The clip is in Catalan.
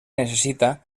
necessita